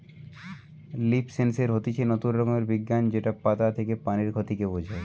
leaf sensor হতিছে নতুন রকমের বিজ্ঞান যেটা পাতা থেকে পানির ক্ষতি কে বোঝায়